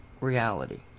reality